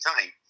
time